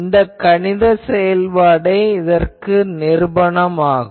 இந்த கணித செயல்பாடே இதற்கு நிருபணம் ஆகும்